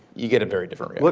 you get a very different but